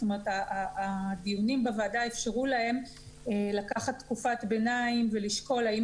זאת אומרת הדיונים בוועדה איפשרו להם לקחת תקופת ביניים ולשקול האם